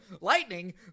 Lightning